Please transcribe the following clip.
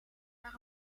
naar